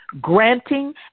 granting